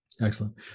Excellent